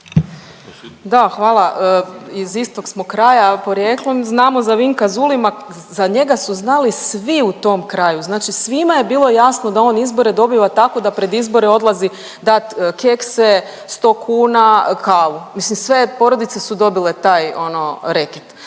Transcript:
Da, hvala. Iz istog smo kraja porijeklom. Znamo za Vinka Zulima. Za njega su znali svi u tom kraju. Znači svima je bilo jasno da on izbore dobiva tako da pred izbore odlazi dat kekse, sto kuna, kavu. Mislim sve porodice su dobile taj ono reket.